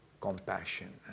compassion